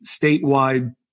statewide